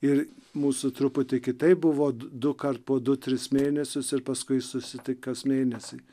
ir mūsų truputį kitaip buvo dukart po du tris mėnesius ir paskui susitikt kas mėnesį